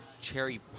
cherry